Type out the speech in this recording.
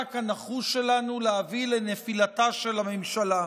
המאבק הנחוש שלנו להביא לנפילתה של הממשלה.